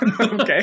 okay